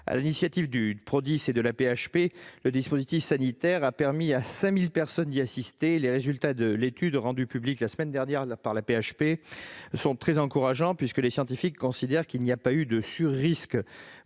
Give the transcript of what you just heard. publique-Hôpitaux de Paris (AP-HP), le dispositif sanitaire a permis à 5 000 personnes d'y assister. Les résultats de l'étude rendus publics la semaine dernière par l'AP-HP sont très encourageants, puisque les scientifiques considèrent qu'il n'y a pas eu de surrisque